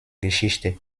geschichte